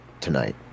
tonight